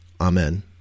Amen